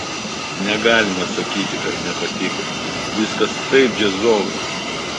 negalima sakyti kad nepatiko viskas taip džiazovai